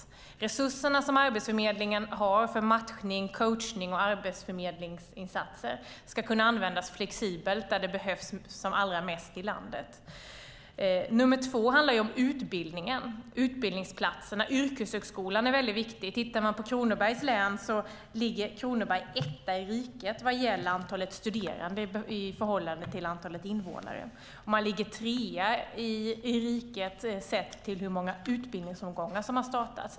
De resurser som Arbetsförmedlingen har för matchning, coachning och arbetsförmedlingsinsatser ska kunna användas flexibelt där det behövs som allra mest i landet. Nummer två handlar om utbildningen, utbildningsplatserna. Yrkeshögskolan är väldigt viktig. Man kan titta på Kronobergs län. Kronoberg ligger etta i riket vad gäller antalet studerande i förhållande till antalet invånare. Man ligger trea i riket sett till hur många utbildningsomgångar som har startat.